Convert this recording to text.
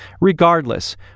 Regardless